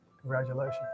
congratulations